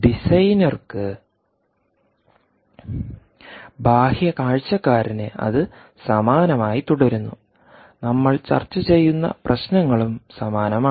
ഡിസൈനർക്ക് ബാഹ്യ കാഴ്ചക്കാരന് അത് സമാനമായി തുടരുന്നു നമ്മൾ ചർച്ച ചെയ്യുന്ന പ്രശ്നങ്ങളും സമാനമാണ്